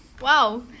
Wow